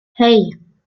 hei